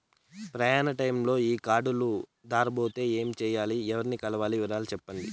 ప్రయాణ టైములో ఈ కార్డులు దారబోతే ఏమి సెయ్యాలి? ఎవర్ని కలవాలి? వివరాలు సెప్పండి?